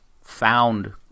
found